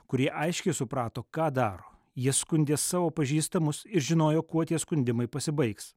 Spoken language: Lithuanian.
kurie aiškiai suprato ką daro jie skundė savo pažįstamus ir žinojo kuo tie skundimai pasibaigs